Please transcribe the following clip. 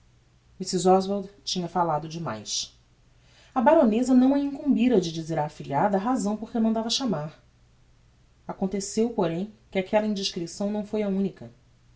a escolha mrs oswald tinha falado de mais a baroneza não a incumbira de dizer á afilhada a razão porque a mandava chamar aconteceu porém que aquella indisçrição não foi a unica